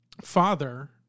father